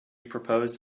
proposed